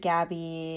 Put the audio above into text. Gabby